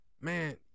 man